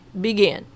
begin